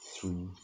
three